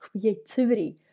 creativity